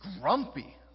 grumpy